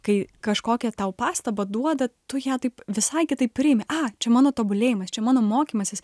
kai kažkokią tau pastabą duoda tu ją taip visai kitaip priimi a čia mano tobulėjimas čia mano mokymasis